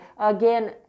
Again